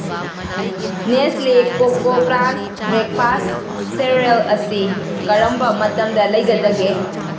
Nestlé Koko Krunch breakfast cereal ꯑꯁꯤ ꯀꯔꯝꯕ ꯃꯇꯝꯗ ꯂꯩꯒꯗꯒꯦ